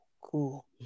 cool